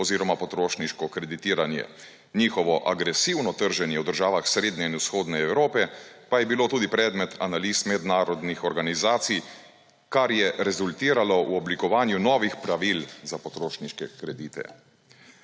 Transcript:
oziroma potrošniško kreditiranje. Njihovo agresivno trženje v državah Srednje in Vzhodne Evrope pa je bilo tudi predmet analiz mednarodnih organizacij, kar je rezultiralo v oblikovanju novih pravil za potrošniške kredite.